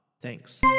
Thanks